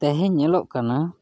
ᱛᱮᱦᱮᱧ ᱧᱮᱞᱚᱜ ᱠᱟᱱᱟ